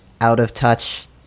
out-of-touch